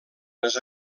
les